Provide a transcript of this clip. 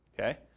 Okay